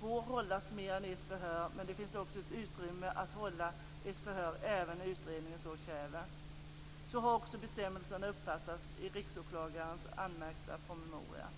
får hållas mer än ett förhör, men det finns också ett utrymme att hålla mer än ett förhör när utredningen så kräver. Så har också bestämmelserna uppfattats i Riksåklagarens promemoria.